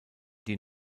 die